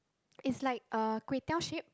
it's like uh kway-teow shaped